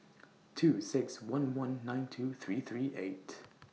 two six one one nine two three three eight